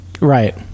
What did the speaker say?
Right